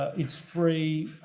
it's free,